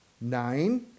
Nine